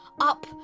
Up